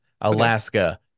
alaska